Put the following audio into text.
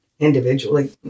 individually